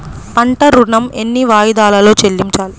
పంట ఋణం ఎన్ని వాయిదాలలో చెల్లించాలి?